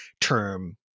term